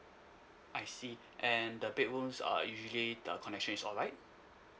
I see and the bedrooms uh usually the connections is alright